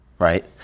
Right